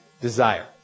desire